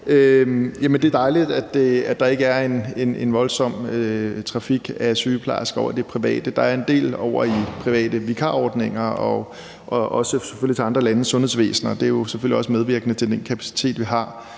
det er dejligt, at der ikke er en voldsom trafik af sygeplejersker over i det private. Der er en del trafik over i de private vikarordninger og selvfølgelig også til andre landes sundhedsvæsener. Det er selvfølgelig også medvirkende til, at vi har den kapacitet, vi har.